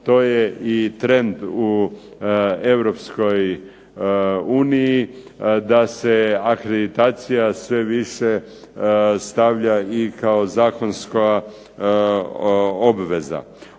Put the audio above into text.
to je i trend u Europskoj uniji da se akreditacija sve više stavlja i kao zakonska obveza.